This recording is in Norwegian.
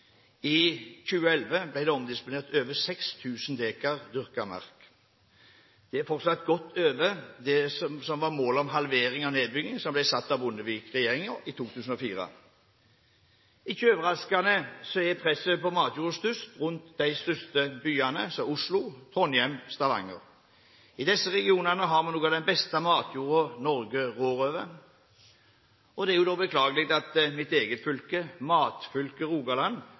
I 2011 ble det omdisponert over 6 000 dekar dyrket mark. Det er fortsatt godt over det målet om halvering av nedbyggingen som ble satt av Bondevik-regjeringen i 2004. Ikke overraskende er presset på matjorda størst rundt de største byene, som Oslo, Trondheim og Stavanger. I disse regionene har vi noe av den beste matjorda Norge rår over. Det er beklagelig at mitt eget fylke, matfylket Rogaland,